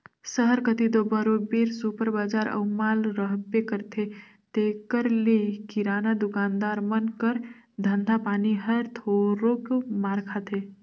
सहर कती दो बरोबेर सुपर बजार अउ माल रहबे करथे तेकर ले किराना दुकानदार मन कर धंधा पानी हर थोरोक मार खाथे